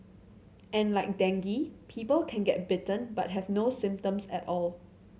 and like dengue people can get bitten but have no symptoms at all